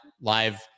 live